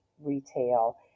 retail